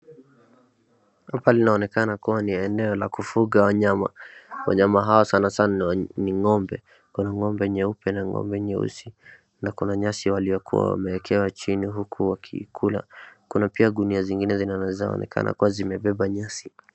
Hapa linaonekana kuwa ni eneo la kufuga wanyama , wanyama hawa sana sana ni ng'ombe . Kuna ng'ombe nyeupe na ng'ombe nyeusi na Kuna nyasi waliokuwa wameekewa chini huku wakikula Kuna pia gunia zingine zinaonekana kuwa zimebeba nyasi